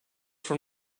from